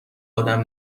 آدم